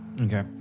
Okay